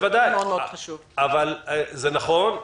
וודאי, זה נכון.